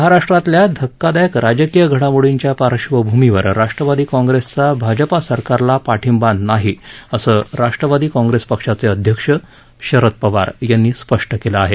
महाराष्ट्रातल्या धक्कादायक राजकीय घडामोर्डीच्या पार्श्वभूमीवर राष्ट्रवादी काँग्रेसचा भाजपा सरकारला पाठिंबा नाही असं राष्ट्रवादी काँग्रेस पक्षाचे अध्यक्ष शरद पवार यांनी स्पष्ट केलं आहे